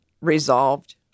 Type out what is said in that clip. resolved